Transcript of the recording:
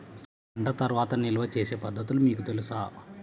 పంట తర్వాత నిల్వ చేసే పద్ధతులు మీకు తెలుసా?